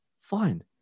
fine